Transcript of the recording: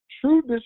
true